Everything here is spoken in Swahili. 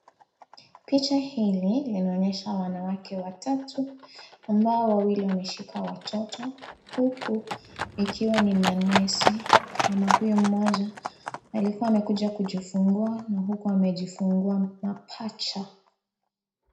Picha hili linaonyesha wanawake watatu ambo wawili wameshika watoto ukuikiwa ni manesi, mama huyo moja alikuwa amekuja kujifungua nauku amejifungua mapacha.